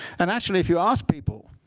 and actually, if you ask people,